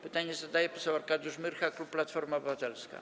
Pytanie zadaje poseł Arkadiusz Myrcha, klub Platforma Obywatelska.